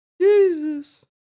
Jesus